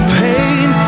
pain